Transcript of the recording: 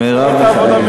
מרב מיכאלי.